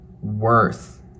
worth